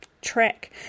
track